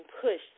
pushed